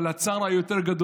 אבל הצער הגדול יותר,